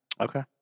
Okay